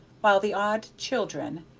while the awed children,